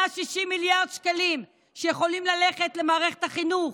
160 מיליארד שקלים שיכולים ללכת למערכת החינוך,